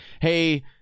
hey